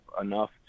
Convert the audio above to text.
enough